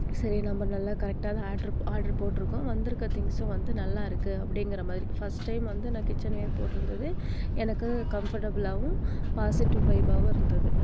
சரி நம்ம நல்லா கரெக்டாக தான் ஆர்ட்ரு ஆர்ட்ரு போட்டுருக்கோம் வந்துருக்கற திங்க்ஸ்ம் வந்து நல்லாருக்குது அப்படிங்கிற மாதிரி ஃபஸ்ட் டைம் வந்து நான் கிச்சன் வியர் போட்டுருந்தது எனக்கு கம்ஃபர்ட்புலாகவும் பாசிட்டிவ் வைபாகவும் இருந்தது